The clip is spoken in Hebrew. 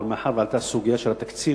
אבל מאחר שעלתה הסוגיה של התקציב,